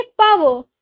power